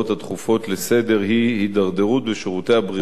היא הידרדרות בשירותי הבריאות כתוצאה מגירעונות הנובעים,